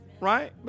right